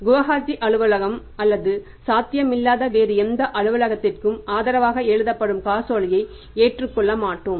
குவாஹாட்டி அலுவலகம் அல்லது சாத்தியமில்லாத வேறு எந்த அலுவலகத்திற்கும் ஆதரவாக எழுதப்படும் காசோலையை ஏற்றுக்கொள்ள மாட்டோம்